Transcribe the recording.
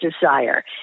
desire